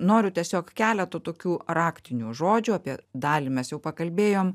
noriu tiesiog keletu tokių raktinių žodžių apie dalį mes jau pakalbėjom